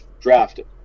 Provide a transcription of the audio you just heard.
drafted